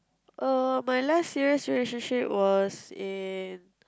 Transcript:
oh my life's serious relationship was in